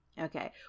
Okay